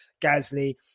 Gasly